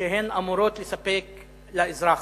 שהן אמורות לספק לאזרח.